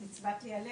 אז נצבט לי הלב.